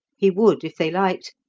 he would, if they liked,